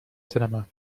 cinema